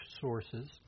sources